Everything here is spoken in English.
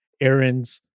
Aaron's